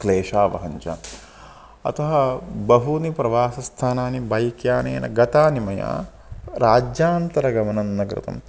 क्लेशावहञ्च अतः बहूनि प्रवासस्थानानि बैक् यानेन गतानि मया राज्यान्तरगमनं न कृतं